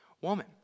woman